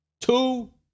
two